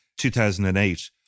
2008